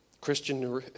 Christian